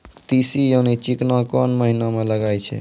तीसी यानि चिकना कोन महिना म लगाय छै?